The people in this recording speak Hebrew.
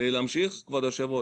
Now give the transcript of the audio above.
אני רק מדבר, לא שומע